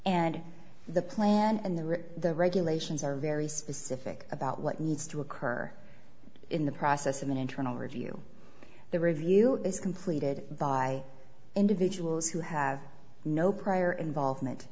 and the plan and there the regulations are very specific about what needs to occur in the process of an internal review the review is completed by individuals who have no prior involvement